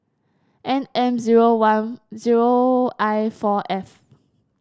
N M zero one zero I four F